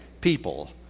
people